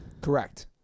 Correct